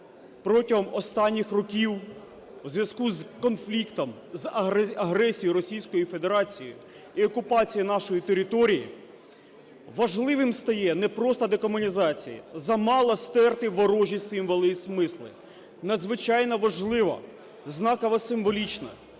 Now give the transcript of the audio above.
протягом останніх років у зв'язку з конфліктом, агресією Російської Федерації і окупації нашої території, важливим стає не просто декомунізація, замало стерти ворожі символи і смисли, надзвичайно важливо знаково символічно